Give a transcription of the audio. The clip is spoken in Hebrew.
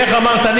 איך אמרת?